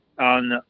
on